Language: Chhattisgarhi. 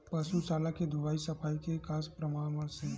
पशु शाला के धुलाई सफाई के का परामर्श हे?